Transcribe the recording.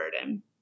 burden